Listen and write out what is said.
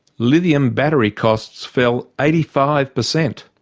lithium battery costs fell eighty five percent.